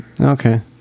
Okay